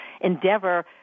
endeavor